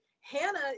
Hannah